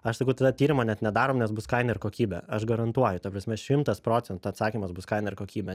aš sakau tada tyrimo net nedarom nes bus kaina ir kokybė aš garantuoju ta prasme šimtas procentų atsakymas bus kaina ir kokybė